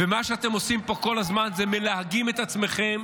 מה שאתם עושים פה כל הזמן זה מלהגים את עצמכם,